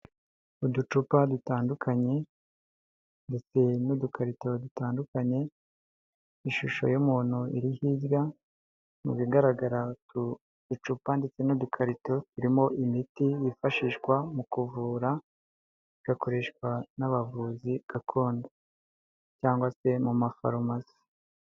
Uducupa dutandukanye ndetse n'udukarito dutandukanye ishusho y'umuntu iri hirya mu bigaragara ko icupa ndetse n’udukarito birimo imiti yifashishwa mu kuvura bigakoreshwa n'abavuzi gakondo cyangwa se mu mafarumasi.